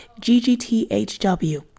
ggthw